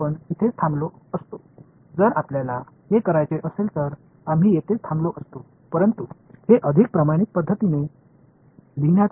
பெறுவேன் மாணவர் சரிதானே இது எல்லாம் நாங்கள் செய்ய விரும்பியதால் நாங்கள் இங்கேயே நிறுத்தப்பட்டிருக்கலாம்